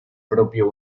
propio